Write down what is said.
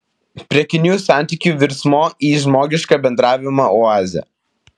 prekinių santykių virsmo į žmogišką bendravimą oazė